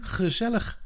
gezellig